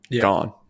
gone